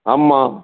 ஆமாம்